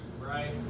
right